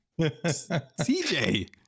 CJ